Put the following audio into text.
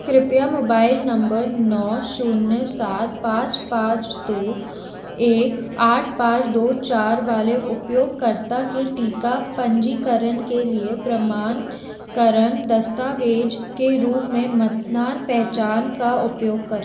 कृपया mobile number नौ शुन्य सात पाँच पाँच दो एक आठ पाँच दो चार वाले उपयोगकर्ता के टीका पंजीकरण के लिए प्रमाणीकरण दस्तावेज़ के रूप में मतदान पहचान का उपयोग करें